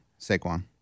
Saquon